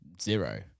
zero